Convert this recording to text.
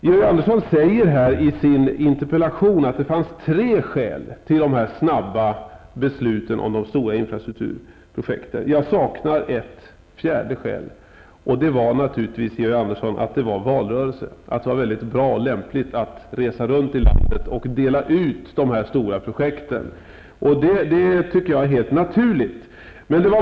Georg Andersson säger i sin interpellation att det fanns tre skäl till de snabba besluten om de stora infrastrukturprojekten. Jag saknar ett fjärde skäl, och det är naturligtvis att det pågick en valrörelse och att det då var lämpligt att resa runt i landet och dela ut de här stora projekten -- det är helt naturligt.